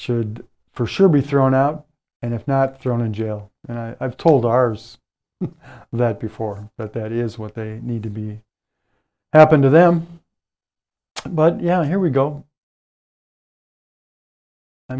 should for sure be thrown out and if not thrown in jail and i've told ours that before but that is what they need to be happen to them but yeah here we go i